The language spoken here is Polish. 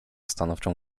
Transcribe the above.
stanowczym